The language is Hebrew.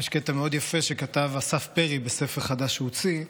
יש קטע מאוד יפה שכתב אסף פרי בספר חדש שהוא הוציא,